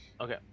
Okay